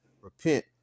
repent